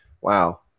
Wow